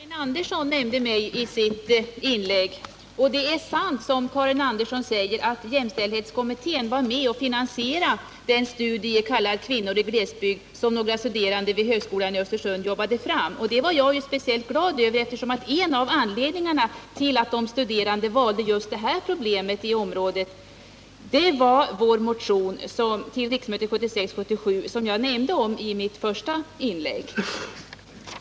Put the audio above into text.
Herr talman! Karin Andersson nämnde mig i sitt inlägg. Det är sant som Karin Andersson säger att jämställdhetskommittén var med och finansierade den studie kallad Kvinnor i glesbygd som några studerande vid högskolan i Östersund jobbade fram. Det var jag speciellt glad över, eftersom en av anledningarna till att de studerande valde just det här problemet var vår Nr 44 motion till riksmötet 1976/77, som jag nämnde i mitt första inlägg.